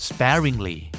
Sparingly